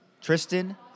Tristan